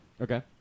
Okay